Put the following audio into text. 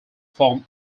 form